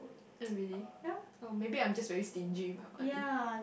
oh really oh maybe I'm just very stingy with my money